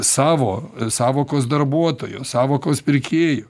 savo sąvokos darbuotojo sąvokos pirkėjų